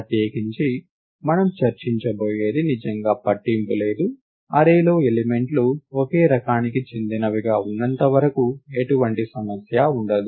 ప్రత్యేకించి మనం చర్చించబోయేది నిజంగా పట్టింపు లేదు అర్రే లో ఎలిమెంట్లు ఒకే రకానికి చెందినవిగా ఉన్నంత వరకు ఎటువంటి సమస్య ఉండదు